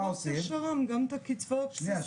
זה לא רק את השר"מ, גם את הקצבה הבסיסית.